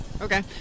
Okay